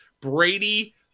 Brady